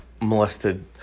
molested